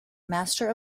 master